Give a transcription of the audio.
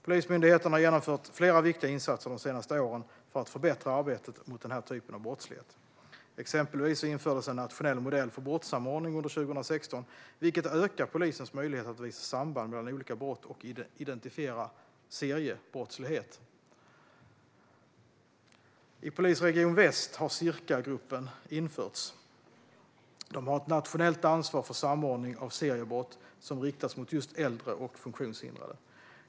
Polismyndigheten har genomfört flera viktiga insatser de senaste åren för att förbättra arbetet mot den här typen av brottslighet. Exempelvis infördes en nationell modell för brottssamordning under 2016, vilket ökar polisens möjligheter att visa samband mellan olika brott och identifiera seriebrottslighet. I Polisregion väst har Circagruppen införts. Den har ett nationellt ansvar för samordning av seriebrott som riktas mot just äldre och funktionshindrade.